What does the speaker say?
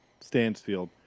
Stansfield